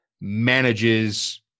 manages